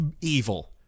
evil